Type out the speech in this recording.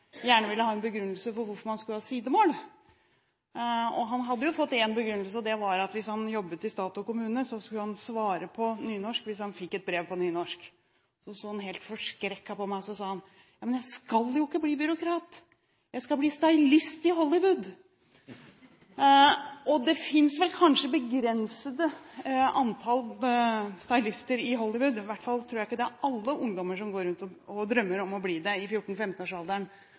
gjerne ville ha en begrunnelse for hvorfor man skulle ha sidemål. Han hadde jo fått én begrunnelse, og det var at hvis han jobbet i stat og kommune, skulle han svare på nynorsk hvis han fikk et brev på nynorsk. Så så han helt forskrekket på meg, og så sa han: Jammen jeg skal jo ikke bli byråkrat, jeg skal bli stylist i Hollywood. Det finnes vel kanskje begrensede antall stylister i Hollywood, i hvert fall tror jeg ikke at alle ungdommer som går rundt og drømmer om å bli det i